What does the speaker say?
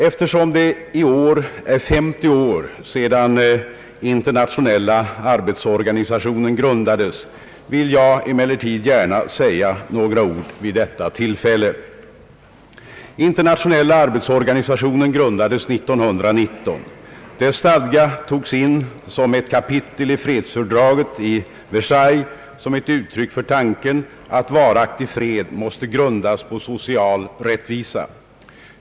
Eftersom det i år är 30 år sedan Internationella arbetsorganisationen grundades vill jag emellertid gärna säga några ord vid detta tillfälle. Internationella arbetsorganisationen bildades 1919. Dess stadga togs in som ett kapitel i fredsfördraget i Versailles såsom ett uttryck för tanken att varaktig fred måste grundas på social rättvisa.